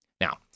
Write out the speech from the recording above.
Now